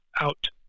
out